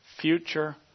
future